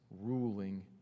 ruling